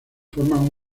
forman